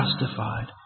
justified